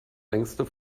längste